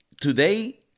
today